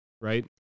right